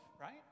Right